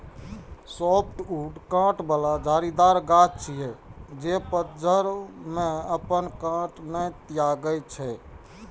softwood कांट बला झाड़ीदार गाछ छियै, जे पतझड़ो मे अपन कांट नै त्यागै छै